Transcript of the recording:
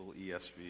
ESV